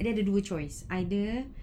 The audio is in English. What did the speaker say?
ada ada dua choice either